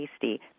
tasty